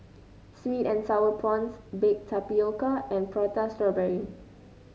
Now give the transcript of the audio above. sweet and sour prawns Baked Tapioca and Prata Strawberry